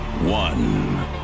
One